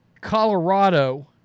Colorado